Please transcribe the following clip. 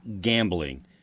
gambling